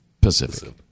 Pacific